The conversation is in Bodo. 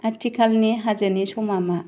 आथिखालनि हाजोनि समा मा